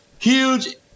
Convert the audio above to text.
huge